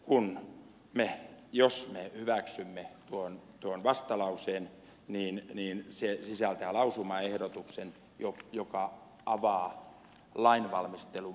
kun me jos me hyväksymme tuon vastalauseen niin se sisältää lausumaehdotuksen joka avaa lainvalmistelun pandoran lippaan